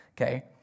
Okay